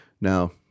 Now